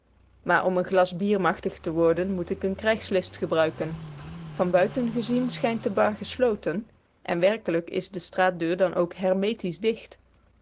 maar om een glas bier machtig te worden moet ik een krijgslist gebruiken van buiten gezien schijnt de bar gesloten en werkelijk is de straatdeur dan ook hermetisch dicht